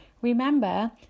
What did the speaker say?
Remember